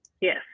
yes